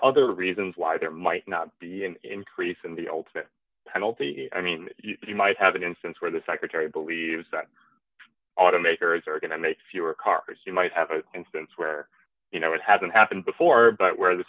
are other reasons why there might not be an increase in the ultimate penalty i mean you might have an instance where the secretary believes that automakers are going to make fewer cars you might have an instance where you know it hasn't happened before but where the